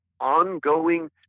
ongoing